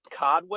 Codwell